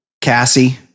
Cassie